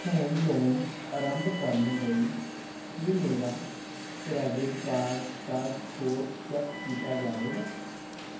home loan ਆਰੰਭ ਕਰਨ ਲਈ ਕੀ ਮੇਰਾ ਕਰੈਡਿਟ ਕਾਰਡ ਦਾ ਸਕੋਰ ਚੈੱਕ ਕੀਤਾ ਜਾਵੇਗਾ